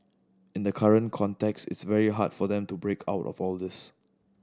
in the current context it's very hard for them to break out of all this